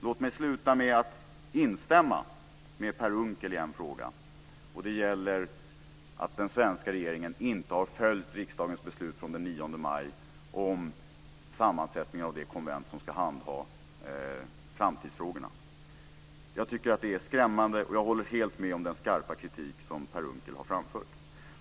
Låt mig sluta med att instämma med Per Unckel i en fråga, och det gäller att den svenska regeringen inte har följt riksdagens beslut den 9 maj om sammansättningen av det konvent som ska handha framtidsfrågorna. Jag tycker att det är skrämmande, och jag håller helt med den skarpa kritik som Per Unckel har framfört.